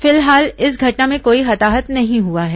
फिलहाल इस घटना में कोई हताहत नहीं हुआ है